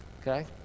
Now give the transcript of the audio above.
okay